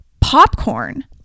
popcorn